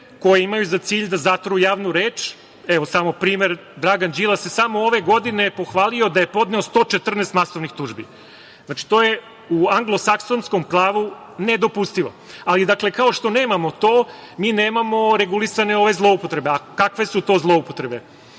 koje imaju za cilj da zatruju javnu reč. Primer, Dragan Đilas je samo ove godine, pohvalio se, podneo 114 masovnih tužbi. To je u anglosaksonskom pravu nedopustivo. Kao što nemamo to, mi nemamo regulisane ove zloupotrebe, a kakve su to zloupotrebe? Te